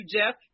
Jeff